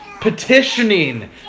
petitioning